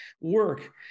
work